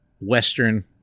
Western